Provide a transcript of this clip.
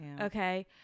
Okay